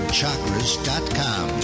Chakras.com